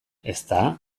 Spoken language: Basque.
ezta